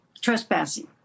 trespassing